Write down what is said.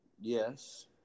Yes